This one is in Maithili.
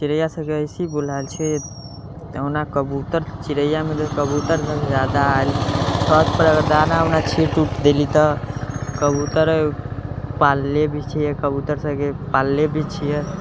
चिड़ैआ सबके अइसे बुलाएल छी ओना कबूतर चिड़ैआमे जे कबूतरसब ज्यादा आएल छतपर अगर दाना उना छीटि उटि देली तऽ कबूतर पालले भी छिए कबूतर सबके पालले भी छिए